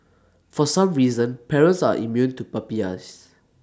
for some reason parents are immune to puppy eyes